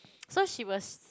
so she was